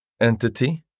entity